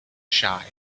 shy